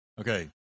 Okay